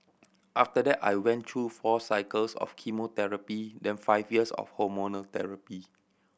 after that I went through four cycles of chemotherapy then five years of hormonal therapy